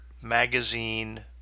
magazine